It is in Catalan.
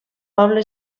poble